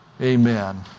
amen